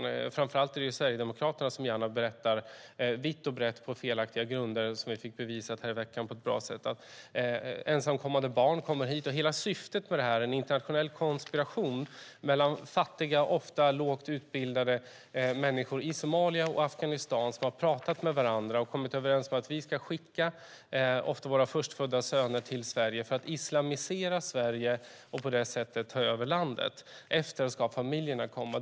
Det är framför allt Sverigedemokraterna som gärna berättar vitt och brett på felaktiga grunder, som vi fick bevisat häromveckan på ett bra sätt, att ensamkommande barn kommer hit. Hela syftet skulle vara en internationell konspiration. Fattiga, ofta lågt utbildade människor i Somalia och Afghanistan skulle ha pratat med varandra och kommit överens: Vi ska skicka ofta våra förstfödda söner till Sverige för att islamisera Sverige och på det sättet ta över landet, och efter det ska familjerna komma.